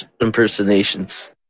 impersonations